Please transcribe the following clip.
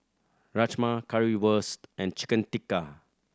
Rajma Currywurst and Chicken Tikka